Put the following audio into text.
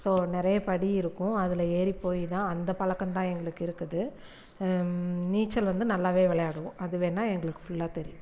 so நிறைய படி இருக்கும் அதில் ஏறி போய் தான் அந்தப் பழக்கந்தான் எங்களுக்கு இருக்குது நீச்சல் வந்து நல்லாவே விளையாடுவோம் அது வேண்ணால் எங்களுக்கு ஃபுல்லாக தெரியும்